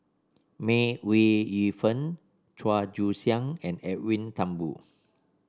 May Ooi Yu Fen Chua Joon Siang and Edwin Thumboo